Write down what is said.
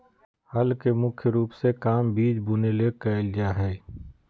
हल के मुख्य रूप से काम बिज बुने ले कयल जा हइ